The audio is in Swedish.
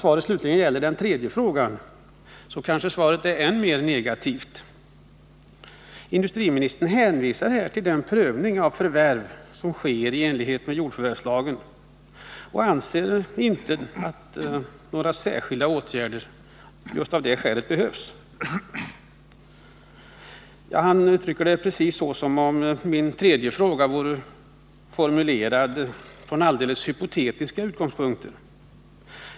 Vad slutligen gäller den tredje frågan är svaret än mer negativt. Industriministern hänvisar till den prövning av förvärv som sker enligt jordförvärvslagen och anser att några särskilda åtgärder av det skälet inte behövs. Industriministern yttrar sig som om denna fråga vore ställd från helt hypotetiska utgångspunkter.